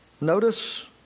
Notice